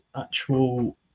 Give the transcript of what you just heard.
actual